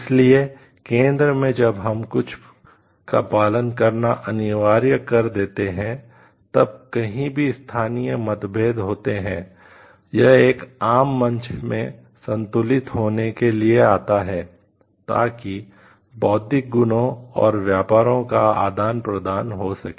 इसलिए केंद्र में जब हम कुछ का पालन करना अनिवार्य कर देते हैं तब कहीं भी स्थानीय मतभेद होते हैं यह एक आम मंच में संतुलित होने के लिए आता है ताकि बौद्धिक गुणों और व्यापारों का आदान प्रदान हो सके